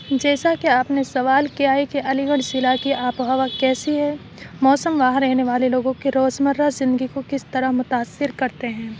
جیسا کہ آپ نے سوال کیا ہے کہ علی گڑھ ضلع کی آب و ہوا کیسی ہے موسم وہاں رہنے والے لوگوں کے روزمرہ زندگی كو كس طرح متأثر كرتے ہیں